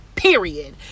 period